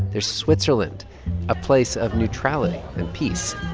their switzerland a place of neutrality and peace